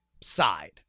Side